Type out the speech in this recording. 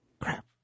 Crap